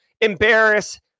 embarrass